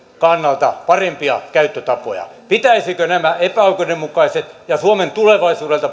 kannalta parempia käyttötapoja pitäisikö nämä epäoikeudenmukaiset ja suomen tulevaisuudelta